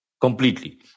Completely